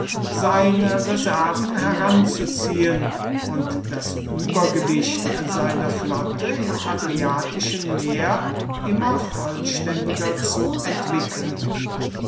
seine reserven heranzuziehen und das übergewicht seiner flotte im adriatischen meer immer vollständiger zu entwickeln